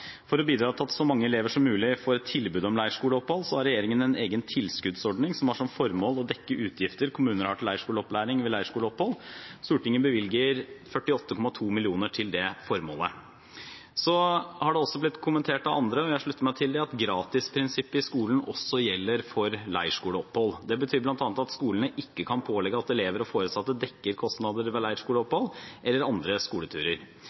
For å bidra til at så mange elever som mulig får tilbud om leirskoleopphold, har regjeringen en egen tilskuddsordning som har som formål å dekke utgifter kommuner har til leirskoleopplæring ved leirskoleopphold. Stortinget bevilger 48,2 mill. kr til det formålet. Det har også blitt kommentert av andre – og jeg slutter meg til det – at gratisprinsippet i skolen også gjelder for leirskoleopphold. Det betyr bl.a. at skolene ikke kan pålegge at elever og foresatte dekker kostnader ved leirskoleopphold eller andre skoleturer.